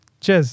cheers